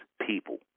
people